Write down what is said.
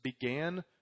began